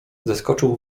zeskoczył